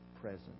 present